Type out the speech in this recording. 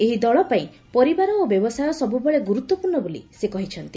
ଏହି ଦଳ ପାଇଁ ପରିବାର ଓ ବ୍ୟବସାୟ ସବୁବେଳେ ଗୁରୁତ୍ୱପୂର୍ଣ୍ଣ ବୋଲି ସେ କହିଚ୍ଛନ୍ତି